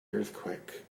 earthquake